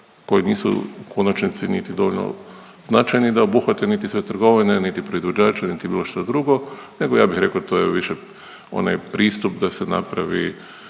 koji nisu u konačnici niti dovoljno značajni da obuhvate niti sve trgovine, niti proizvođače, niti bilo šta drugo, nego ja bih rekao to je više onaj pristup da se napravi